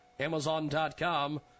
Amazon.com